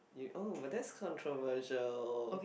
ya oh but that's controversial